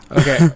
Okay